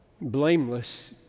blameless